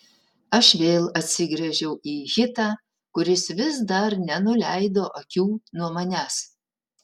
aš vėl atsigręžiau į hitą kuris vis dar nenuleido akių nuo manęs